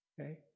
Okay